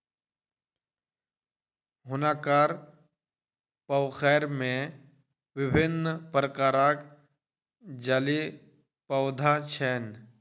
हुनकर पोखैर में विभिन्न प्रकारक जलीय पौधा छैन